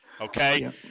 Okay